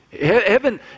Heaven